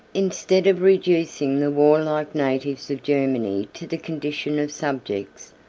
instead of reducing the warlike natives of germany to the condition of subjects,